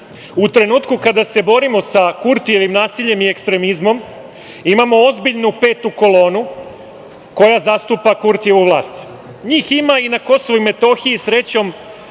u trenutku kada se borimo sa Kurtijevim nasiljem i ekstremizmom, imamo ozbiljnu petu kolonu koja zastupa Kurtijevu vlast. Njih ima na KiM srećom